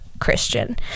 christian